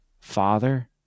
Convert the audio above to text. father